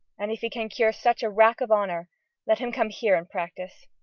and if he can cure such a rack of honor let him come here, and practice.